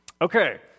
Okay